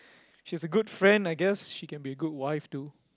she's a good friend I guess she can be a good wife too